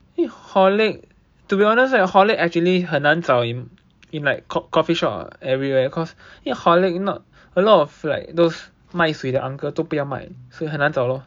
因为 Horlick to be honest right Horlick actually 很难找 in like in like coff~ coffee shop or everywhere because 因为 Horlick not a lot of like those 卖水的 uncle 都不要卖所以很难找 lor